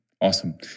Awesome